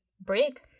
break